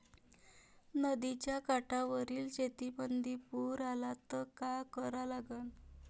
नदीच्या काठावरील शेतीमंदी पूर आला त का करा लागन?